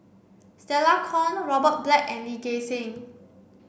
Stella Kon Robert Black and Lee Gek Seng